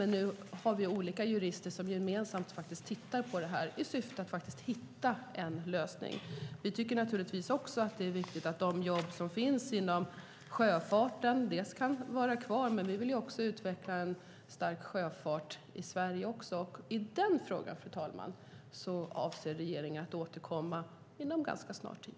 Nu har vi olika jurister som gemensamt tittar på detta i syfte att hitta en lösning. Vi tycker att det är viktigt att de jobb som finns inom sjöfarten kan vara kvar. Men vi vill också utveckla en stark sjöfart i Sverige. Fru talman! I den frågan avser regeringen att återkomma inom ganska snar tid.